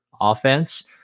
offense